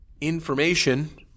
Information